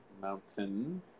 Mountain